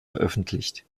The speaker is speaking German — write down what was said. veröffentlicht